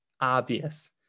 obvious